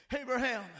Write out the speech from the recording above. Abraham